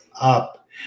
up